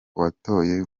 watoye